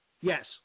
Yes